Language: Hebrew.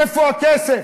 איפה הכסף?